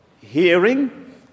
Hearing